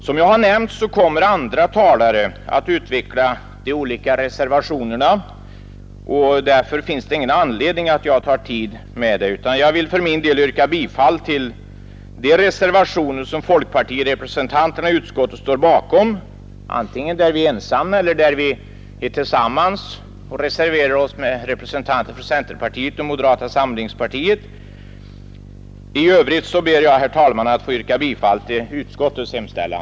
Som jag har nämnt kommer andra talare att utveckla de olika reservationerna, och därför finns det ingen anledning att jag tar tid med det. Jag vill för min del yrka bifall till de reservationer som folkpartirepresentanterna i utskottet står bakom, antingen ensamma eller tillsammans med representanter för centerpartiet och moderata samlingspartiet. I övrigt ber jag, herr talman, att få yrka bifall till utskottets hemställan.